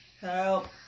help